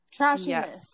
trashiness